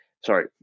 sorry